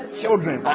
children